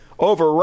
Over